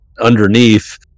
underneath